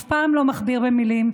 אף פעם לא מכביר מילים,